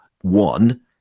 one